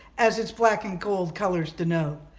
as its black and gold colors denote,